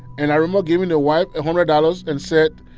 and i remember giving the wife a hundred dollars and said,